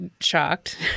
shocked